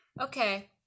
Okay